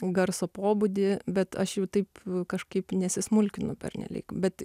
garso pobūdį bet aš jau taip kažkaip nesismulkinu pernelyg bet